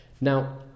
Now